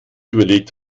überlegt